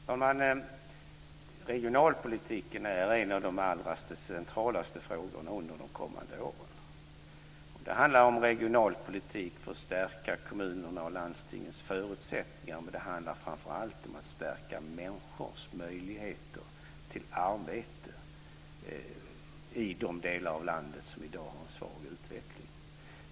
Fru talman! Regionalpolitiken är en av de allra mest centrala frågorna under de kommande åren. Det handlar om regionalpolitik för att stärka kommunernas och landstingens förutsättningar. Men det handlar framför allt om att stärka människors möjligheter till arbete i de delar av landet som i dag har en svag utveckling.